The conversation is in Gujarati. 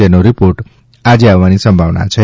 જેનો રિપોર્ટ આજે આવવાની સંભાવના છે